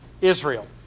Israel